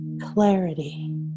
clarity